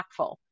impactful